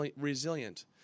resilient